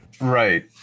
Right